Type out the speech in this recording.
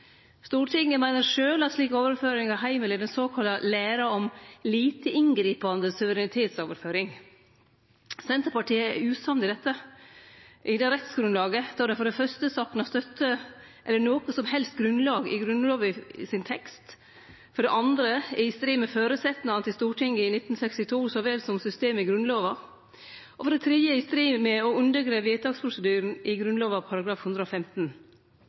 Stortinget meiner sjølv at slik overføring har heimel i den såkalla læra om «lite inngripende» suverenitetsoverføring. Senterpartiet er usamd i dette rettsgrunnlaget då det for det fyrste saknar støtte eller noko som helst grunnlag i Grunnlova sin tekst, for det andre er i strid med føresetnadene til Stortinget i 1962 så vel som systemet i Grunnlova, og for det tredje er i strid med og undergrev vedtaksprosedyren i Grunnlova § 115.